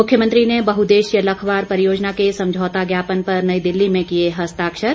मुख्यमंत्री ने बहुद्देशीय लखवार परियोजना के समझौता ज्ञापन पर नई दिल्ली में किए हस्ताक्षर